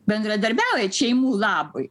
bendradarbiaujat šeimų labui